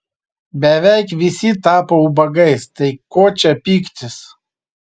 beveik visi tapo ubagais tai ko čia pyktis